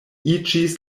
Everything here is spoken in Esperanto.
iĝis